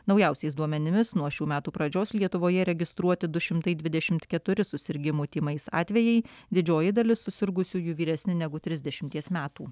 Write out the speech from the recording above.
naujausiais duomenimis nuo šių metų pradžios lietuvoje registruoti du šimtai dvidešimt keturi susirgimų tymais atvejai didžioji dalis susirgusiųjų vyresni negu trisdešimties metų